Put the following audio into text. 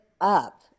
up